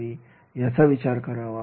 याविषयी विचार करावा